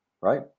right